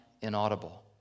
inaudible